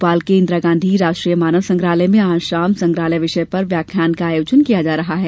भोपाल के इंदिरा गांधी मानव संग्रहालय में आज शाम संग्रहालय विषय पर व्याख्यान का आयोजन किया जा रहा है